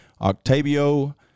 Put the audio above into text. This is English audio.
Octavio